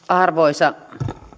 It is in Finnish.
arvoisa